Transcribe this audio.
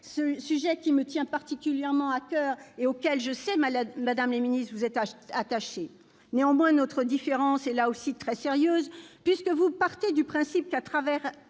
sujet qui me tient particulièrement à coeur, et auquel, madame la ministre, je vous sais attachée. Néanmoins, notre différence est là aussi très sérieuse, puisque vous partez du principe que, à travail